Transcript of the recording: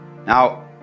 Now